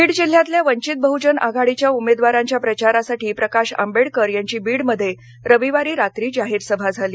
बीड जिल्ह्यातल्या वंचित बहूजन आघाडीच्या उमेदवारांच्या प्रचारासाठी प्रकाश आंबेडकर यांची बीडमध्ये रविवारी रात्री जाहीर सभा झाली